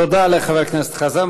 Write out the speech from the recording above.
תודה לחבר הכנסת חזן.